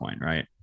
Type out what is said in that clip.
right